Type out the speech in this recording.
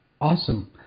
Awesome